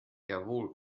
jawohl